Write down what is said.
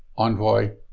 envoy,